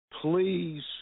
please